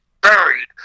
Buried